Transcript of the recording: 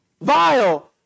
vile